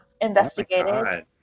investigated